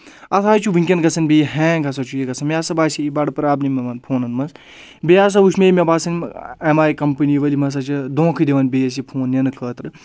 اَتھ حظ چھُ وٕنکؠن گژھان بیٚیہِ ہینٛگ ہَسا چھُ یہِ گژھان مےٚ ہَسا باسے یہِ بَڑٕ پرابلِم یِمَن فونَن منٛز بیٚیہِ ہَسا وُچھ مےٚ مےٚ باسَان ایم آی کَمپٔنی وٲلۍ یِم ہَسا چھِ دونٛکھٕے دِوان بیٚیِس یہِ فون نِنہٕ خٲطرٕ